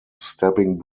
stabbing